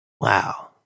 Wow